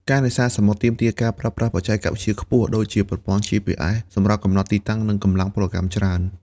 ការនេសាទសមុទ្រទាមទារការប្រើប្រាស់បច្ចេកវិទ្យាខ្ពស់ ដូចជាប្រព័ន្ធ GPS សម្រាប់កំណត់ទីតាំង និងកម្លាំងពលកម្មច្រើន។